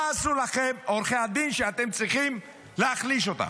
מה עשו לכם עורכי הדין, שאתם צריכים להחליש אותם?